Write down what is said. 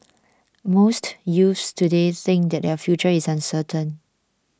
most youths today think that their future is uncertain